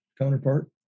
counterpart